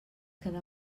quedar